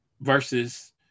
versus